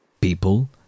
People